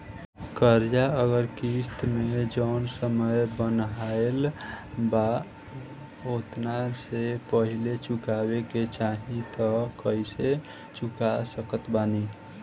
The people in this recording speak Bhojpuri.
कर्जा अगर किश्त मे जऊन समय बनहाएल बा ओतना से पहिले चुकावे के चाहीं त कइसे चुका सकत बानी?